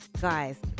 Guys